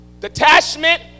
Detachment